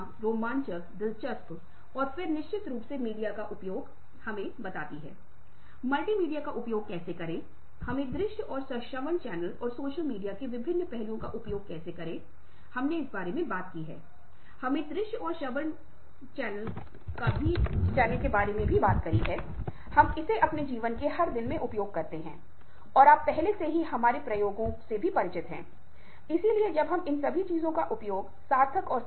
अब हम विराम लेते हैं और मैं आपसे यह प्रश्न करता हूं हम सुनने के बारे में बात कर रहे हैं आप पहले से ही सुनने पर एक प्रश्नोत्तरी ले चुके हैं अब आप मुझे बताएं कि क्या आपको लगता है कि इस समय तक आप सब कुछ सीख चुके थे जो सुनने के बारे में था या यह है कि आज इस छोटे से सत्र में आप क्या कर रहे हैं कुछ नया सीखने में सक्षम है कुछ ऐसा जो आपको लगता है कि सार्थक है